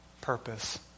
purpose